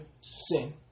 sin